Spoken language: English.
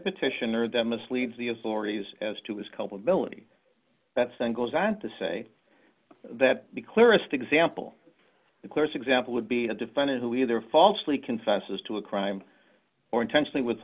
petitioner that misleads the authorities as to his culpability that's and goes on to say that the clearest example the clearest example would be a defendant who either falsely confesses to a crime or intentionally with